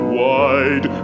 wide